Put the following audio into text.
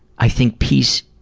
i think peace